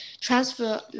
transfer